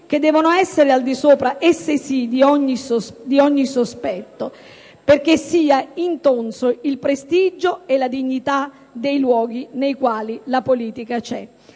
che devono essere al di sopra, esse sì, di ogni sospetto, perché sia intonso il prestigio e la dignità dei luoghi nei quali la politica c'è.